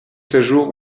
séjours